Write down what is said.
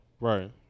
right